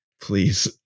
please